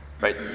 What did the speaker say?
right